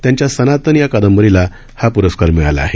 त्यांच्या सनातन या कादंबरीला हा प्रस्कार मिळाला आहे